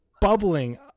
bubbling